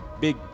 big